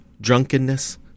drunkenness